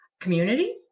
community